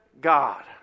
God